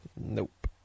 Nope